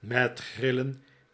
met grillen